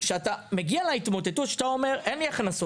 כשאתה מגיע להתמוטטות, כשאתה אומר: אין לי הכנסות.